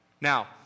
Now